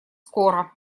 скоро